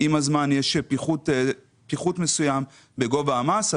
יש פיחות מסוים בגובה המס.